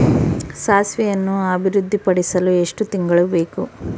ಸಾಸಿವೆಯನ್ನು ಅಭಿವೃದ್ಧಿಪಡಿಸಲು ಎಷ್ಟು ತಿಂಗಳು ಬೇಕು?